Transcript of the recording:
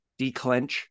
declench